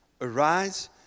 Arise